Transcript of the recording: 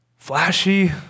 flashy